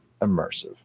immersive